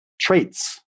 traits